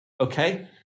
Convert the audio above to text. Okay